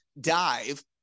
dive